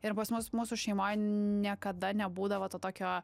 ir pas mus mūsų šeimoj niekada nebūdavo to tokio